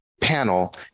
panel